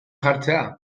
jartzea